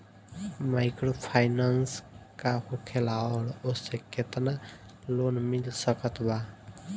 Microfinance का होखेला और ओसे केतना लोन मिल सकत बा?